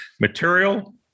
material